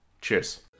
Cheers